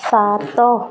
ସାତ